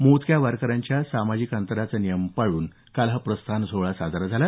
मोजक्या वारकऱ्यांसह सामाजिक अंतराचा नियम पाळून काल हा प्रस्थान सोहळा साजरा झाला